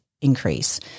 increase